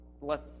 let